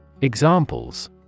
Examples